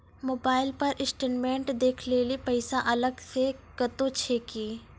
Mobile पर statement देखे लेली पैसा अलग से कतो छै की?